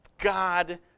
God